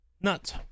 nuts